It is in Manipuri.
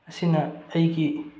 ꯑꯁꯤꯅ ꯑꯩꯒꯤ